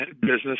business